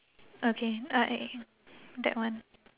okay I that one